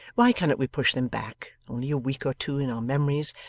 why cannot we push them back, only a week or two in our memories,